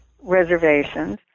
reservations